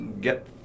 get